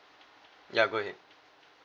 yup go ahead